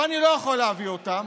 ואני לא יכול להביא אותן,